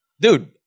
Dude